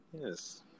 Yes